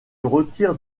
retire